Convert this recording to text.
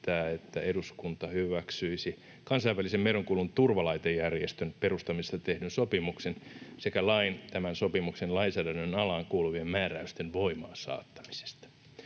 että eduskunta hyväksyisi kansainvälisen merenkulun turvalaitejärjestön perustamisesta tehdyn sopimuksen sekä lain tämän sopimuksen lainsäädännön alaan kuuluvien määräysten voimaansaattamisesta.